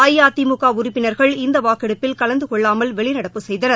அஇஅதிமுக உறுப்பினர்கள் இந்த வாக்கெடுப்பில் கலந்து கொள்ளாமல் வெளிநடப்பு செய்தனர்